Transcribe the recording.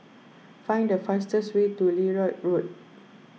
find the fastest way to Lloyd Road